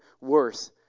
worse